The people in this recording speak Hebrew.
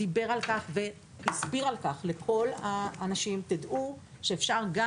דיברו והסבירו על כך לכל האנשים: דעו שאפשר גם